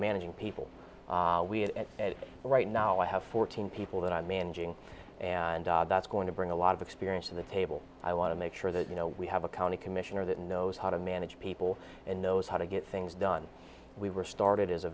managing people we have at right now i have fourteen people that i'm managing and that's going to bring a lot of experience to the table i want to make sure that you know we have a county commissioner that knows how to manage people and knows how to get things done we were started as a